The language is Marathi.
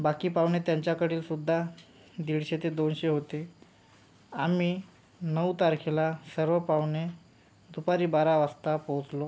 बाकी पाहुणे त्यांच्याकडीलसुद्धा दीडशे ते दोनशे होते आम्ही नऊ तारखेला सर्व पाहुणे दुपारी बारा वाजता पोहोचलो